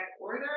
order